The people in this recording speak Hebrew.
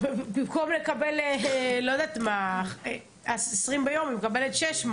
במקום לקבל משהו כמו 20 ביום היא מקבלת 600,